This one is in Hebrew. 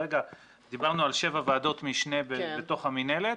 דיברנו על שבע ועדות משנה בתוך המינהלת.